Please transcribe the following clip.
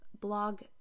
Blog